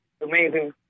amazing